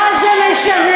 מה זה משנה?